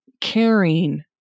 caring